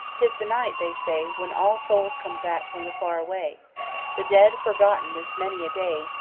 t is the night, they say, when all souls come back from the far away the dead, forgotten this many a day!